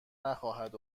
نخواهد